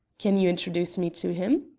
can you introduce me to him?